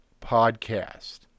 podcast